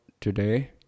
today